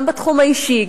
גם בתחום האישי,